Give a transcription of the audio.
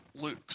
Lukes